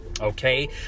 okay